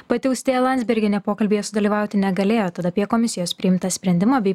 pati austėja landsbergienė pokalbyje sudalyvauti negalėjo tad apie komisijos priimtą sprendimą bei